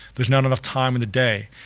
there's not enough time in the day.